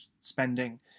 spending